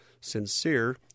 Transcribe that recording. sincere